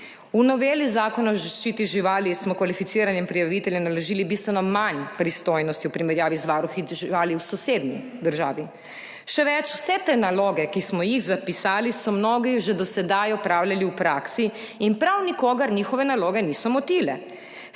V noveli Zakona o zaščiti živali smo kvalificiranim prijaviteljem naložili bistveno manj pristojnosti v primerjavi z varuhi živali v sosednji državi. Še več, vse te naloge, ki smo jih zapisali, so mnogi že do sedaj opravljali v praksi in prav nikogar njihove naloge niso motile.